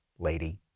lady